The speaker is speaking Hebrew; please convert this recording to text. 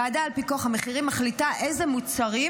הוועדה לפיקוח על המחירים מחליטה איזה מוצרים,